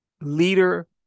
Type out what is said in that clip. leader